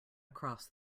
across